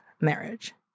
marriage